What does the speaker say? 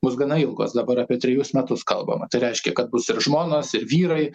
bus gana ilgos dabar apie trejus metus kalbama tai reiškia kad bus ir žmonos ir vyrai